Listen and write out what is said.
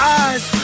eyes